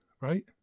right